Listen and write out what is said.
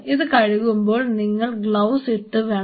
ഇത് കഴുകുമ്പോൾ നിങ്ങൾ ഗ്ലൌസ് ഇടണം